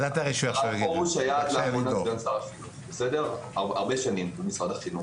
בזמן שהוא היה סגן שר החינוך היו לנו הרבה שיחות,